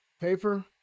Paper